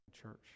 church